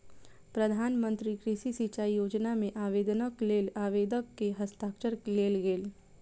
प्रधान मंत्री कृषि सिचाई योजना मे आवेदनक लेल आवेदक के हस्ताक्षर लेल गेल